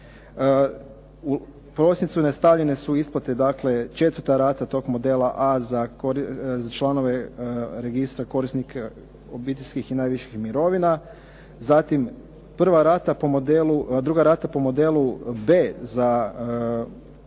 U prosincu nastavljene su isplate dakle četvrta rata tog modela A za članove registra korisnika obiteljskih i najviših mirovina. Zatim, druga rata po modelu B za članove